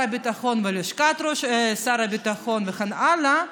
הביטחון ולשכת שר הביטחון וכן הלאה,